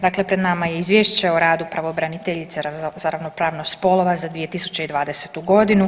Dakle, pred nama je izvješće o radu pravobraniteljice za ravnopravnost spolova za 2020.g.